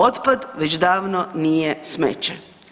Otpad već davno nije smeće.